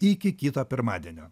iki kito pirmadienio